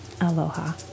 Aloha